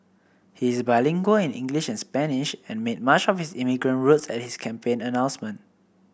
he is bilingual in English and Spanish and made much of his immigrant roots at his campaign announcement